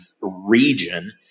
region